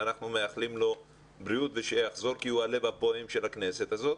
ואנחנו מאחלים לו בריאות ושיחזור כי הוא הלב הפועם של הכנסת הזאת,